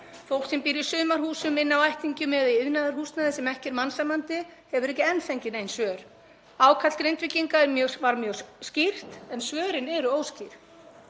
Fólk sem býr í sumarhúsum, inni á ættingjum eða í iðnaðarhúsnæði, sem ekki er mannsæmandi, hefur ekki enn fengið nein svör. Ákall Grindvíkinga er mjög skýrt en svörin eru óskýr.